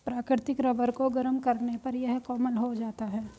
प्राकृतिक रबर को गरम करने पर यह कोमल हो जाता है